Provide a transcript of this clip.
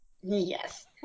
Yes